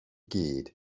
gyd